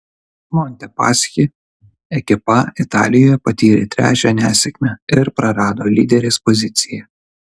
montepaschi ekipa italijoje patyrė trečią nesėkmę ir prarado lyderės poziciją